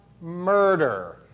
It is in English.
murder